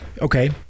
okay